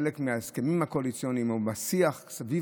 בחלק מההסכמים הקואליציוניים או בשיח סביב